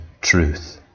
truth